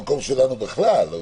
מה המקום שלנו בכלל?